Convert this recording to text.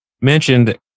mentioned